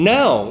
now